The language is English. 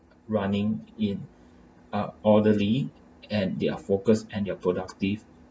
running in uh orderly and they are focus and they are productive